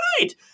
right